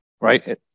right